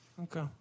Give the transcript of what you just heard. Okay